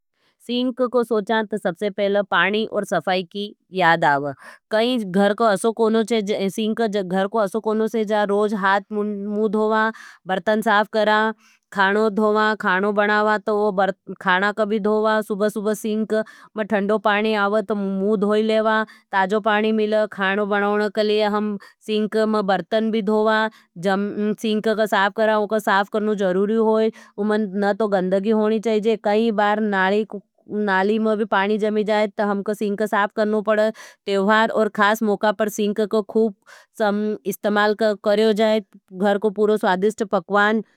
सिंक को सोचां तो सबसे पहले पाणी और सफाई की याद आवह। कही घर को असो कोणों छे, सिंक घर को असो कोणों छे, जा रोज हाथ मू धोवा, बरतन साफ करा, खानो धोवा। सुबसुब सिंक में ठंडों पानी आवह तो मू धोय लेवा, ताजो पाणी मिले, खानो बनावन क लिये हम सिंक में बरतन भी धोवा, सिंक साप करना ज़रूरी होई न तो गंदगी होनी चाही ज। कई बार नाली में भी पानी जमी जाये तो हमको सिंक साप करनो पड़ा तेवहार और खास मोका पर सिंक को खूब इस्तमाल करयो जाये घर को पूरो स्वादिस्ट पकवान।